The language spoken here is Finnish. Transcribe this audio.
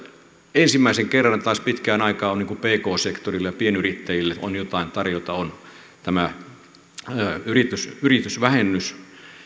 ensimmäisen kerran taas pitkään aikaan pk sektorille ja pienyrittäjille on jotain tarjota eli tämä yritysvähennys